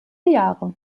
jahre